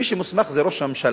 מי שמוסמך זה ראש הממשלה,